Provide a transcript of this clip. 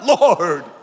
Lord